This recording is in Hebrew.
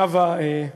נאוה,